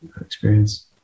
experience